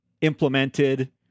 implemented